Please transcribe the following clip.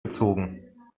gezogen